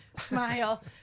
smile